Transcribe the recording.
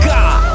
God